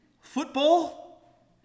football